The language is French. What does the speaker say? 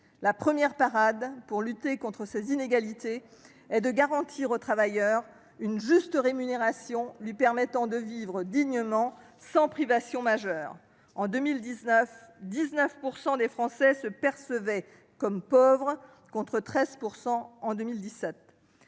La première parade pour lutter contre ces inégalités est de garantir au travailleur une juste rémunération, qui lui permette de vivre dignement, sans privation majeure. En 2019, 19 % des Français se percevaient comme pauvres contre 13 % en 2017.